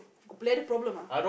plenty of problems ah